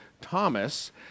Thomas